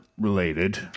related